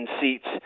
seats